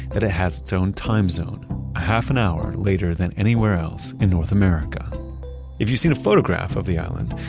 that it has its own timezone a half an hour later than anywhere else in north america if you've seen a photograph photograph of the island,